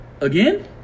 again